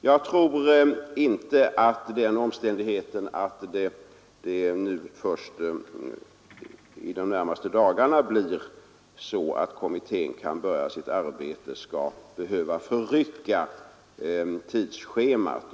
; Jag tror inte att den omständigheten att kommittén först under de närmaste dagarna kan börja sitt arbete skall behöva förrycka tidsschemat.